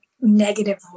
negative